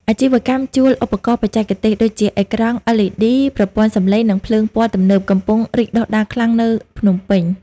អាជីវកម្មជួលឧបករណ៍បច្ចេកទេស ដូចជា អេក្រង់ LED ប្រព័ន្ធសម្លេង និងភ្លើងពណ៌ទំនើប កំពុងរីកដុះដាលខ្លាំងនៅភ្នំពេញ។